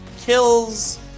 kills